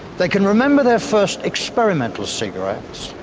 they can remember there first experimental cigarette,